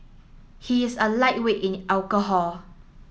he is a lightweight in alcohol